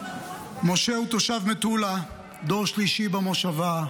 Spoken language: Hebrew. משה הוא תושב מטולה, דור שלישי במושבה,